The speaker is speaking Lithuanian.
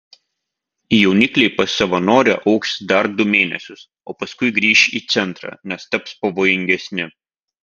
jaunikliai pas savanorę augs dar du mėnesius o paskui grįš į centrą nes taps pavojingesni